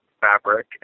fabric